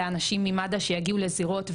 לאנשים ממד"א שיגיעו לזירות,